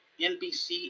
NBC